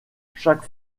chaque